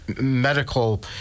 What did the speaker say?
medical